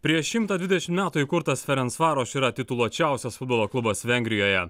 prieš šimtą dvidešim metų įkurtas ferensvaroš yra tituluočiausias futbolo klubas vengrijoje